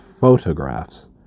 photographs